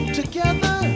together